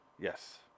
Yes